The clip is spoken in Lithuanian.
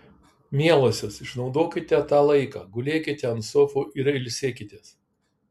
mielosios išnaudokite tą laiką gulėkite ant sofų ir ilsėkitės